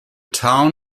town